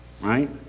Right